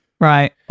Right